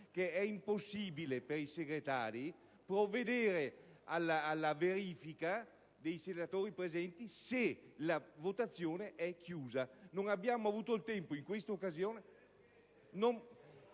che è impossibile per i senatori Segretari provvedere alla verifica dei senatori presenti se la votazione è chiusa. Non abbiamo avuto il tempo in questa occasione ...